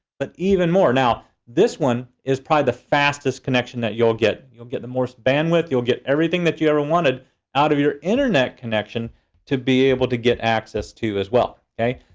but even more. now this one is probably the fastest connection that you'll get. you'll get the most bandwidth. you'll get everything that you ever wanted out of your internet connection to be able to get access to as well, okay?